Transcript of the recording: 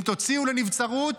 אם תוציאו לנבצרות,